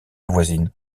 voisine